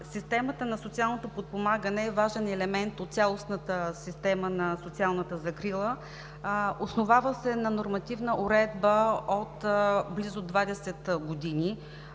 Системата на социалното подпомагане е важен елемент от цялостната система на социалната закрила. Основава се на нормативна уредба от близо 20 години,